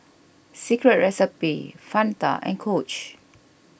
Secret Recipe Fanta and Coach